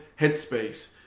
Headspace